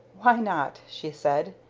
why not? she said.